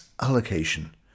allocation